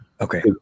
Okay